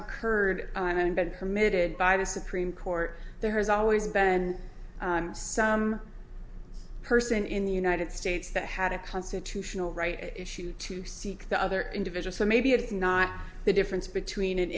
occurred having been committed by the supreme court there has always been some person in the united states that had a constitutional right issue too seek the other individual so maybe it's not the difference between